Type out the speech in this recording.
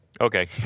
Okay